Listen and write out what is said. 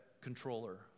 controller